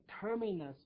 terminus